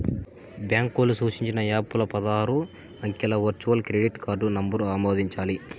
బాంకోల్లు సూచించిన యాపుల్ల పదారు అంకెల వర్చువల్ క్రెడిట్ కార్డు నంబరు ఆమోదించాలి